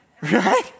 Right